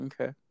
okay